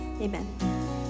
amen